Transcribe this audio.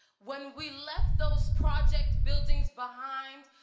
when we left those project buildings behind,